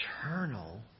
eternal